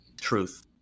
truth